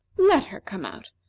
let her come out.